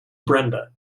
brenda